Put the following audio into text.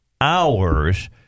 hours